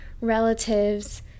relatives